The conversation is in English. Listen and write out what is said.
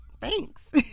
thanks